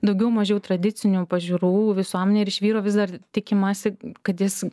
daugiau mažiau tradicinių pažiūrų visuomenė ir iš vyrų vis dar tikimasi kad jis